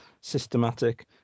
systematic